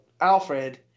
Alfred